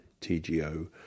TGO